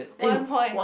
one point